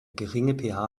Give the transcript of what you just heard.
geringe